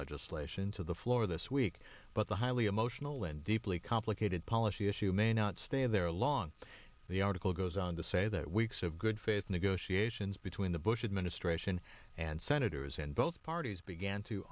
legislation to the floor this week but the highly emotional and deeply complicated policy issue may not stay there long the article goes on to say that weeks of good faith negotiations between the bush administration and senators in both parties began to